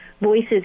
voices